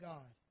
God